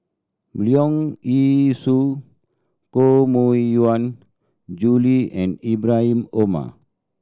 Leong Yee Soo Koh Mui Hiang Julie and Ibrahim Omar